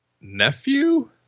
nephew